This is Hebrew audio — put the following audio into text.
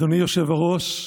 אדוני היושב-ראש,